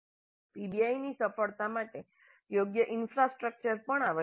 પીબીઆઈની સફળતા માટે યોગ્ય ઈન્ફ્રાસ્ટ્રક્ચર પણ આવશ્યક છે